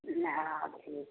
नया चीज